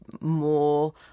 more